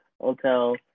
Hotel